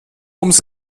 ums